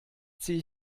ziehe